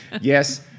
Yes